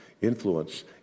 influence